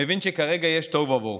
מבין שכרגע יש תוהו ובוהו.